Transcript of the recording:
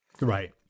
Right